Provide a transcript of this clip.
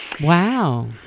Wow